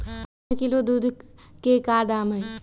आधा किलो गाय के दूध के का दाम होई?